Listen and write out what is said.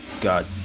god